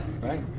Right